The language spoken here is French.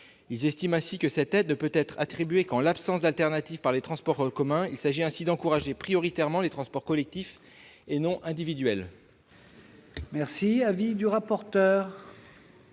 Cette aide ne saurait ainsi être attribuée qu'en l'absence d'alternative par les transports en commun. Il s'agit donc d'encourager prioritairement les transports collectifs, et non individuels.